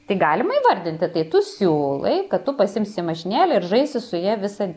tai galima įvardinti tai tu siūlai kad tu pasiimsi mašinėlę ir žaisi su ja visą